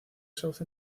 sauce